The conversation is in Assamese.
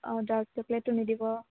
অঁ ডাৰ্ক চকলেটটো নিদিব